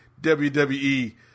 WWE